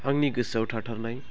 आंनि गोसोआव थाथारनाय